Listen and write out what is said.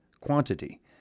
quantity